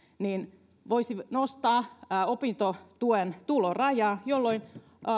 niin voisi nostaa opintotuen tulorajaa jolloin